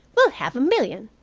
we'll have a million.